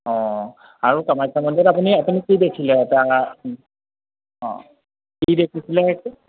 অঁ আৰু কামাখ্যা মন্দিৰত আপুনি আপুনি কি দেখিলে এটা অঁ কি দেখিছিলে সেইটো